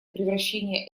превращения